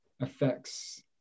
affects